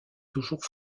toujours